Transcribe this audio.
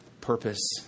purpose